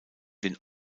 den